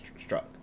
struck